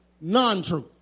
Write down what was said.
non-truth